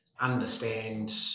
understand